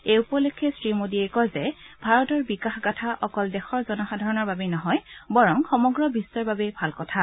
এই উপলক্ষে শ্ৰী মোডীয়ে কয় যে ভাৰতৰ বিকাশগাঁথা অকল দেশৰ জনসাধাৰণৰ বাবেই নহয় বৰং সমগ্ৰ বিশ্বৰ বাবেই ভাল কথা